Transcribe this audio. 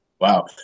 Wow